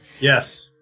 Yes